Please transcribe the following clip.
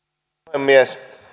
puhemies